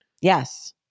yes